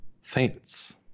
faints